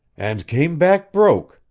and came back broke!